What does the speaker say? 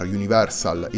Universal